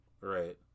Right